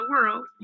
world